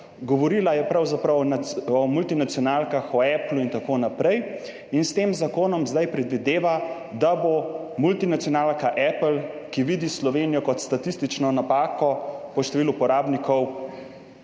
Govorila je pravzaprav o multinacionalkah, o Applu in tako naprej. In s tem zakonom zdaj predvideva, da bo multinacionalka Apple, ki vidi Slovenijo kot statistično napako po številu uporabnikov,